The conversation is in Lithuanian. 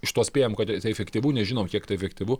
iš to spėjam kad tai efektyvu nežinom kiek tai efektyvu